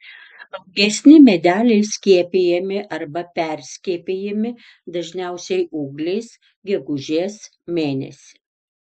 augesni medeliai skiepijami arba perskiepijami dažniausiai ūgliais gegužės mėnesį